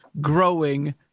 growing